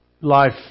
life